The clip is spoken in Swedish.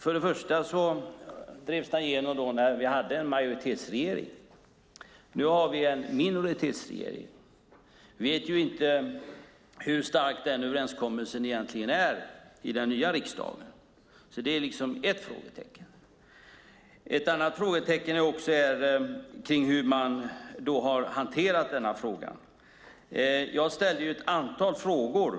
Först och främst drevs politiken igenom då vi hade en majoritetsregering. Nu har vi en minoritetsregering. Vi vet inte hur stark överenskommelsen egentligen är i den nya riksdagen. Där har vi ett frågetecken. Ett annat frågetecken finns kring hur energifrågan hanterats. Jag har ställt ett antal frågor.